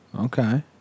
Okay